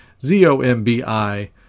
Z-O-M-B-I